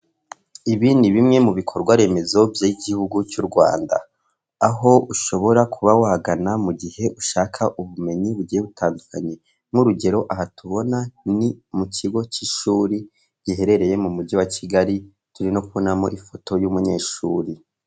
Ibi ni bimwe mu bikorwa remezo by'igihugu cy'u Rwanda, aho ushobora kuba wagana mu gihe ushaka ubumenyi bugiye butandukanye, nk'urugero aha tubona ni mu kigo cy'ishuri giherereye mu mujyi wa Kigali, turimo kubonamo ifoto y'umunyeshuri.